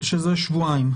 שבועיים.